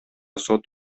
сот